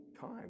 time